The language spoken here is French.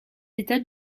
états